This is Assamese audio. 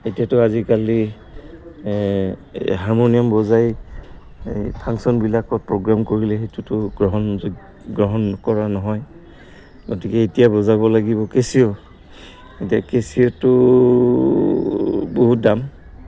এতিয়াতো আজিকালি হাৰমনিয়াম বজাই এই ফাংচনবিলাকত প্ৰগ্ৰেম কৰিলে সেইটোতো গ্ৰহণযোগ্য গ্ৰহণ কৰা নহয় গতিকে এতিয়া বজাব লাগিব কেচিঅ' এতিয়া কেচিঅ'টো বহুত দাম